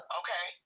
okay